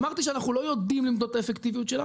אמרתי שאנחנו לא יודעים למדוד את האפקטיביות שלה